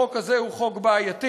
החוק הזה הוא חוק בעייתי.